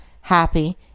happy